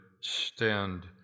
stand